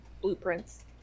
blueprints